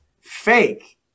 fake